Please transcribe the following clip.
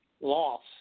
loss